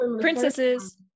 princesses